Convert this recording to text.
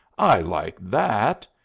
i like that!